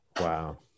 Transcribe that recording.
wow